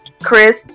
Chris